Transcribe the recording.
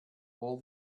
all